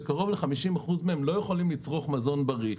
כאשר קרוב ל-50% מהם לא יכולים לצרוך מזון בריא.